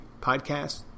podcast